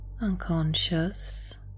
unconscious